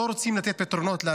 לא רוצים לתת לאנשים פתרונות.